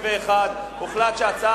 מה "נגד"?